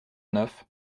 neuf